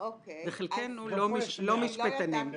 וחלקנו לא משפטנים.